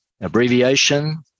abbreviation